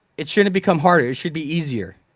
it shouldn't become harder, it should be easier.